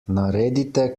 naredite